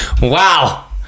wow